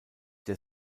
der